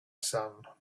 son